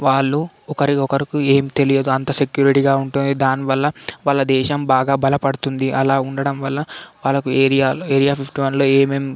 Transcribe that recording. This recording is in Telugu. వాళ్ళు ఒకరికొకరు ఏం తెలియదు అంత సెక్యూరిటీగా ఉంటుంది దాని వల్ల వాళ్ళ దేశం బాగా బలపడతుంది అలా ఉండడం వల్ల వాళ్ళు ఒక ఏరియాలో ఏరియా ఫిఫ్టీ వన్లో